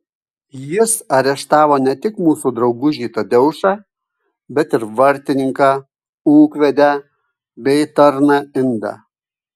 jis areštavo ne tik mūsų draugužį tadeušą bet ir vartininką ūkvedę bei tarną indą